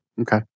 Okay